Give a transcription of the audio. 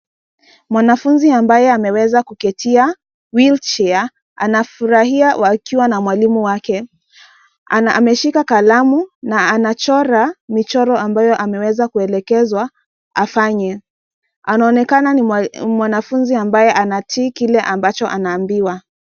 Mwanafunzi ambaye ameweza kuketia wheelchair anafurahia akiwa na mwalimu wake. Ameshika kalamu na anachora michoro ambayo ameweza kuelekezwa afanye. Anaonekana ni mwanafunzi ambaye anatii kile ambacho anaambiwa.